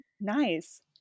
Nice